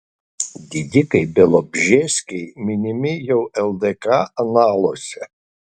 didikai bialobžeskiai minimi jau ldk analuose